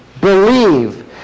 believe